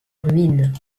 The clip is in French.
ruines